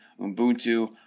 Ubuntu